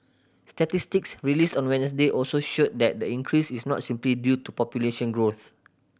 statistics released on Wednesday also showed that the increase is not simply due to population growth